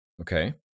Okay